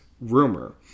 rumor